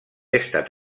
estat